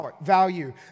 value